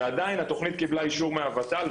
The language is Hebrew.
ועדיין התוכנית קיבלה אישור מהוות"ל,